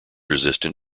resistant